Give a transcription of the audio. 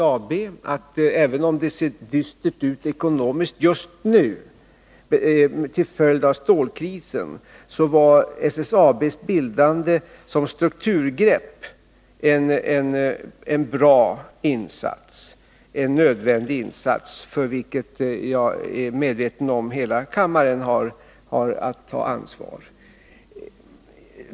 Jag vill säga att även om det ekonomiskt ser dystert ut just nu till följd av stålkrisen, så var SSAB:s bildande som strukturgrepp en bra och nödvändig insats, för vilken hela kammaren — det är jag medveten om — har att ta ansvar.